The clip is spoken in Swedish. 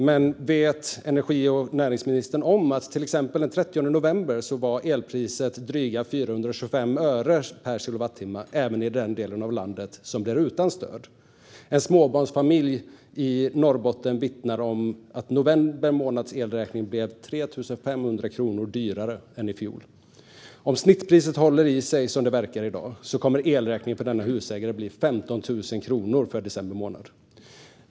Men vet energi och näringsministern om att elpriset till exempel den 30 november var drygt 425 öre per kilowattimme även i den del av landet som blir utan stöd? En småbarnsfamilj i Norrbotten vittnar om att november månads elräkning blev 3 500 kronor dyrare än i fjol. Om snittpriset håller i sig, som det verkar göra i dag, kommer elräkningen för denna husägare att bli 15 000 kronor för december månad.